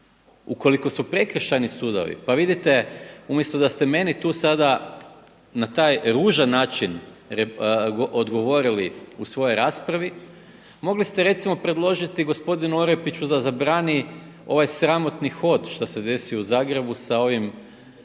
ukoliko su prekršajni sudovi pa vidite umjesto da ste meni tu sada na taj ružan način odgovorili u svojoj raspravi, mogli ste recimo predložiti gospodinu Orepiću da zabrani ovaj sramotni hod što se desio u Zagrebu sa ovim,